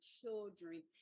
children